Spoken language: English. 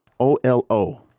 O-L-O